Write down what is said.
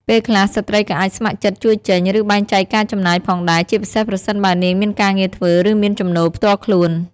ពេលខ្លះ ស្ត្រីក៏អាចស្ម័គ្រចិត្តជួយចេញ ឬបែងចែកការចំណាយផងដែរ ជាពិសេសប្រសិនបើនាងមានការងារធ្វើ ឬមានចំណូលផ្ទាល់ខ្លួន។